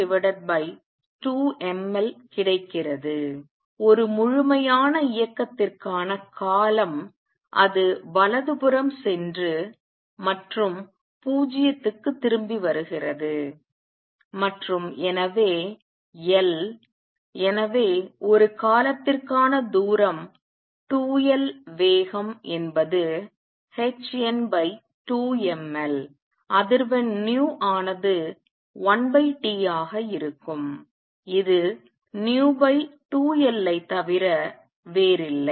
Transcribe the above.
1 முழுமையான இயக்கத்திற்கான காலம் அது வலதுபுறம் சென்று மற்றும் 0 இக்கு திரும்பி வருகிறது மற்றும் எனவே L எனவே ஒரு காலத்திற்கான தூரம் 2 L வேகம் என்பது hn2mL அதிர்வெண் ஆனது 1T ஆக இருக்கும் இது v2L ஐத் தவிர வேறில்லை